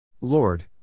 Lord